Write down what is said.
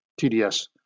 TDS